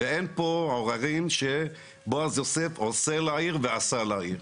ואין פה עוררין שבועז יוסף עושה לעיר ועשה לעיר.